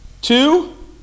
Two